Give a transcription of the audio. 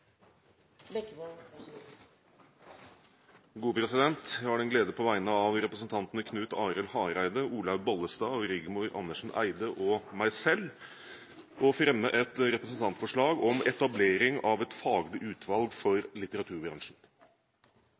Bekkevold vil framsette et representantforslag. Jeg har den glede på vegne av representantene Knut Arild Hareide, Olaug V. Bollestad, Rigmor Andersen Eide og meg selv å fremme et representantforslag om etablering av et faglig utvalg for litteraturbransjen.